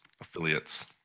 affiliates